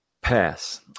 Pass